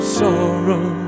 sorrow